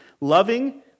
Loving